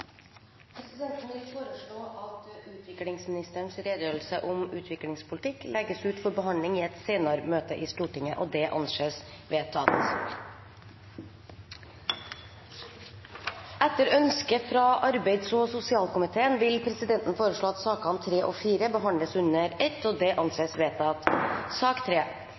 Presidenten vil foreslå at utviklingsministerens redegjørelse om utviklingspolitikk legges ut for behandling i et senere møte i Stortinget. – Det anses vedtatt. Etter ønske fra arbeids- og sosialkomiteen vil presidenten foreslå at sakene nr. 3 og 4 behandles under ett. – Det anses vedtatt.